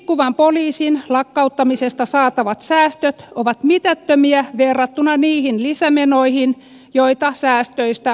liikkuvan poliisin lakkauttamisesta saatavat säästöt ovat mitättömiä verrattuna niihin lisämenoihin joita säästöstä aiheutuu